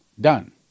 Done